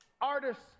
artists